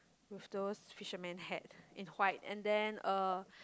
with those fisherman hat in white and then a